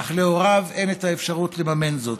אך להוריו אין אפשרות לממן זאת.